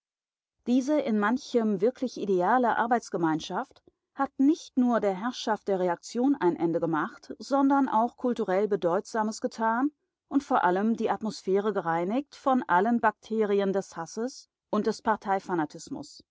diese in manchem wirklich ideale arbeitsgemeinschaft hat nicht nur der herrschaft der reaktion ein ende gemacht sondern auch kulturell bedeutsames getan und vor allem die atmosphäre gereinigt von allen bakterien des hasses und des